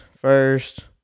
first